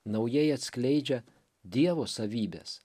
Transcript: naujai atskleidžia dievo savybes